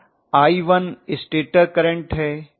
I1 stator current है